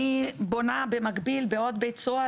אני בונה במקביל בעוד בית סוהר,